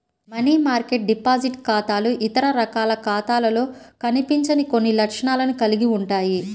money market deposit ఖాతాలు ఇతర రకాల ఖాతాలలో కనిపించని కొన్ని లక్షణాలను కలిగి ఉంటాయి